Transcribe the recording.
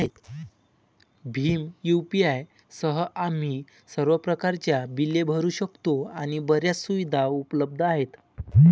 Bhim UPI सह, आम्ही सर्व प्रकारच्या बिले भरू शकतो आणि बर्याच सुविधा उपलब्ध आहेत